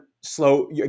slow